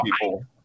people